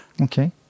Okay